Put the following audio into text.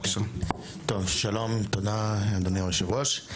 שלום, תודה אדוני היושב-ראש.